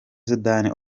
sudani